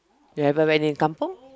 you ever went in kampung